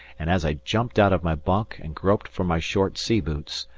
and as i jumped out of my bunk and groped for my short sea boots,